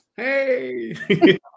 Hey